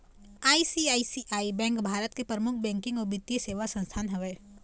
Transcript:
ICICI bank भारत के परमुख बैकिंग अउ बित्तीय सेवा संस्थान हवय